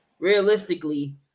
realistically